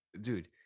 Dude